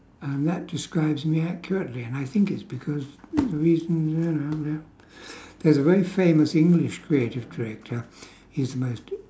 and that describes me accurately and I think it's because reasons you know ya there's a very famous english creative director he's the most